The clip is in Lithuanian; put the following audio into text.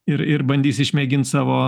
ir ir bandys išmėgint savo